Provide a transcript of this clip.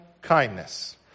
kindness